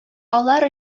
алар